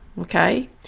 Okay